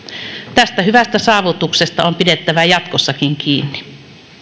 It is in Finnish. tästä hyvästä saavutuksesta on pidettävä jatkossakin kiinni